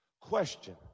Question